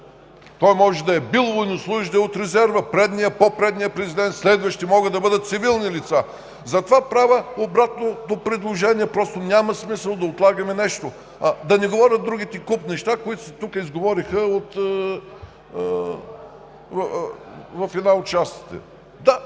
Той може да е бил военнослужещ, да е от резерва – предният, по-предният президент, следващият могат да бъдат цивилни лица! Затова правя обратното предложение – просто няма смисъл да отлагаме нещо. Да не говоря за другите куп неща, които тук се изговориха в една от частите. Не